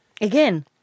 Again